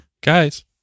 Guys